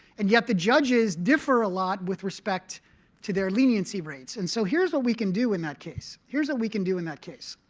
and yet the judges differ a lot with respect to their leniency rates. and so here's what we can do in that case. here's what we can do in that case.